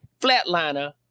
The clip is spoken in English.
flatliner